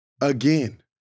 again